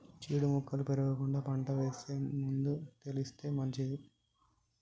చీడ మొక్కలు పెరగకుండా పంట వేసే ముందు తీసేస్తే మంచిది